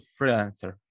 freelancer